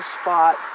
spot